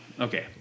Okay